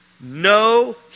No